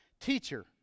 Teacher